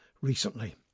recently